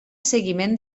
seguiment